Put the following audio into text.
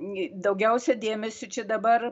gi daugiausiai dėmesio čia dabar